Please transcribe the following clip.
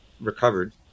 recovered